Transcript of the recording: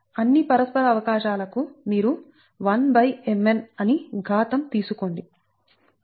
అన్ని పరస్పర అవకాశాల కు మీరు 1mn అని ఘాతం తీసుకోండి